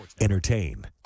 Entertain